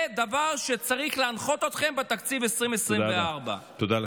זה הדבר שצריך להנחות אתכם בתקציב 2024. תודה.